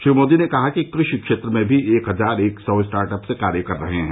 श्री मोदी ने कहा कि कृषि क्षेत्र में भी एक हजार एक सौ स्टार्टअप्स कार्य कर रहे हैं